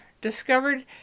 discovered